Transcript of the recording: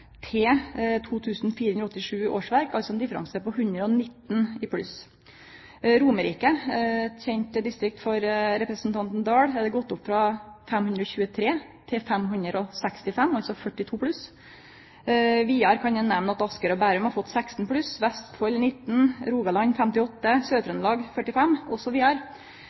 2 487 årsverk, altså ein differanse på 119 i pluss. På Romerike – eit kjent distrikt for representanten Dahl – er talet gått opp frå 523 til 565, altså 42 i pluss. Vidare kan eg nemne at Asker og Bærum har fått 16 pluss, Vestfold 19, Rogaland 58, Sør-Trøndelag 45,